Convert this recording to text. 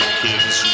kids